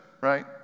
right